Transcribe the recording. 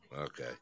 okay